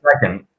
second